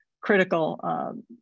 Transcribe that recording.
critical